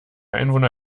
einwohner